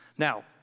Now